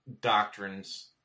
doctrines